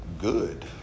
good